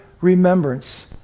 remembrance